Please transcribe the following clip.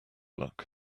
luck